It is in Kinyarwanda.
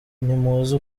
ntimuzi